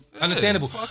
understandable